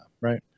right